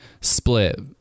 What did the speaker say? split